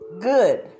good